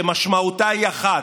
ומשמעותה היא אחת: